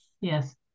Yes